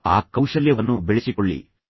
ಆ ಕೌಶಲ್ಯವನ್ನು ಬೆಳೆಸಿಕೊಳ್ಳಲು ಪ್ರಯತ್ನಿಸಿ